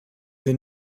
they